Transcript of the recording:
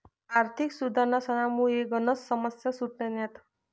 आर्थिक सुधारसनामुये गनच समस्या सुटण्यात